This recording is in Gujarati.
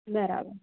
બરાબર